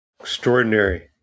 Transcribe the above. Extraordinary